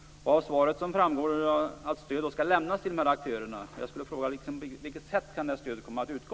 Av svaret framgår att stöd skall lämnas till dessa aktörer. På vilket sätt kan stödet komma att utgå?